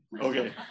Okay